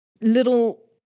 little